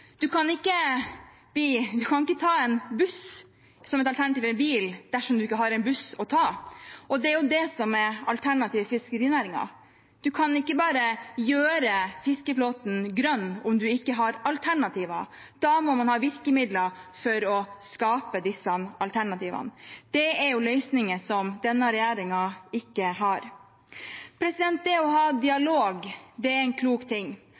kan ikke ta buss som alternativ til bil dersom det ikke er noen buss å ta. Og det er jo det som er alternativet til fiskerinæringen – man kan ikke gjøre fiskeflåten grønn om man ikke har alternativer. Da må man ha virkemidler for å skape disse alternativene. Det er løsninger som denne regjeringen ikke har. Det å ha dialog er en klok ting.